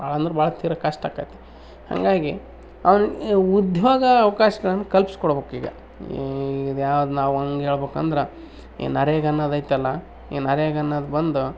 ಭಾಳ ಅಂದ್ರೆ ಭಾಳ ತೀರ ಕಷ್ಟ ಆಕತಿ ಹಂಗಾಗಿ ಅವ್ನು ಈ ಉದ್ಯೋಗ ಅವಕಾಶಗಳ್ನ ಕಲ್ಪಿಸಿ ಕೊಡ್ಬೇಕು ಈಗ ಇದ್ಯಾವ್ದು ನಾವು ಹೆಂಗೆ ಹೇಳ್ಬೇಕೆಂದ್ರೆ ಈ ನರೇಗ ಅನ್ನೋದು ಐತಲ್ಲ ಈ ನರೇಗ ಅನ್ನೋದು ಬಂದು